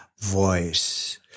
voice